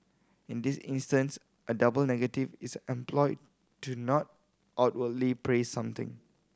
in this instance a double negative is employed to not outwardly praise something